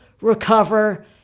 recover